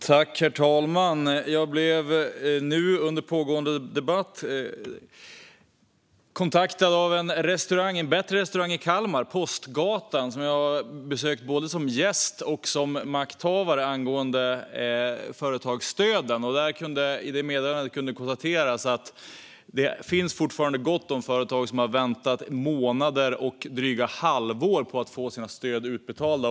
Herr talman! Jag blev under pågående debatt kontaktad av en bättre restaurang i Kalmar, Postgatan, som jag har besökt både som gäst och som makthavare angående företagsstöden. I meddelandet konstaterade man att det fortfarande finns gott om företag som har väntat i månader och över ett halvår på att få sina stöd utbetalda.